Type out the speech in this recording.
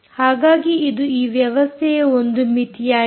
ಹಾಗಾಗಿ ಇದು ಈ ವ್ಯವಸ್ಥೆಯ ಒಂದು ಮಿತಿಯಾಗಿದೆ